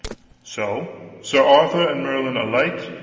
so sir arthur and merlin alight,